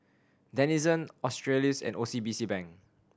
Denizen Australis and O C B C Bank